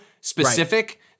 specific